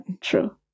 true